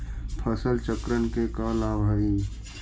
फसल चक्रण के का लाभ हई?